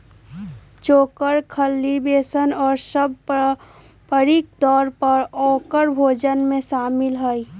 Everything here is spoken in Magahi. चोकर, खल्ली, बेसन और सब पारम्परिक तौर पर औकर भोजन में शामिल हई